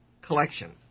collection